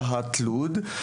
רהט ולוד,